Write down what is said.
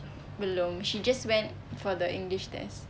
belum she just went for the english test